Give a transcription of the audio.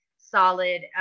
solid